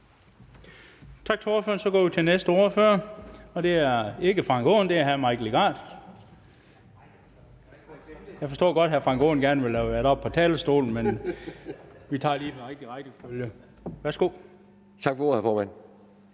Tak for ordet, hr. formand.